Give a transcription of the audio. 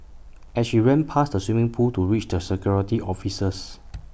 as she ran past the swimming pool to reach the security officers